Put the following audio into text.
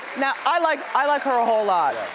now, i like i like her a whole lot.